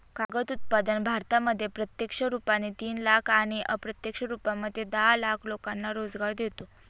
कागद उत्पादन भारतामध्ये प्रत्यक्ष रुपाने तीन लाख आणि अप्रत्यक्ष रूपामध्ये दहा लाख लोकांना रोजगार देतो